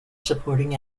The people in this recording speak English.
supporting